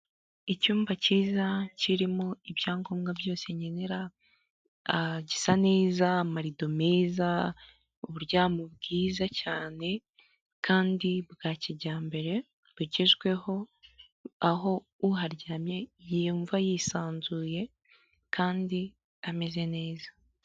Icyumba cyiza kirimo ibyangombwa byose nkenera, gisa neza amarido meza uburyamo bwiza cyane, kandi bwa kijyambere bugezweho, aho uharyamye yumva yisanzuye kandi ameze neza.